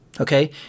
okay